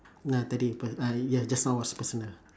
no three ~ple ah ya just now was personal